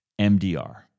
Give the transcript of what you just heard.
MDR